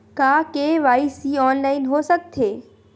का KYC online हो सकथे?